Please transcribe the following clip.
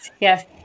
Yes